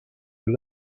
you